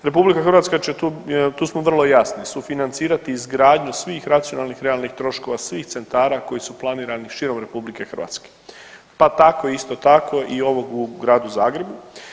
RH tu smo vrlo jasni sufinancirati izgradnju svih racionalnih realnih troškova svih centara koji su planirani širom RH, pa tako isto tako i ovog u Gradu Zagrebu.